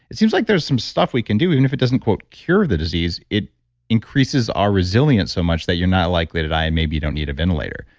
it seems like there's some stuff we can do even if it doesn't cure the disease, it increases our resilience so much that you're not likely to die and maybe you don't need a ventilator.